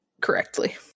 correctly